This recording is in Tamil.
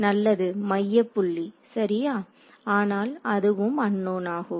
நல்லது மையப்புள்ளி சரியா ஆனால் அதுவும் அன்னோன் ஆகும்